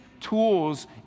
tools